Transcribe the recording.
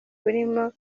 burimo